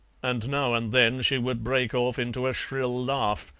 and now and then she would break off into a shrill laugh,